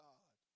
God